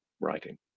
writing